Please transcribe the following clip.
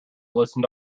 listen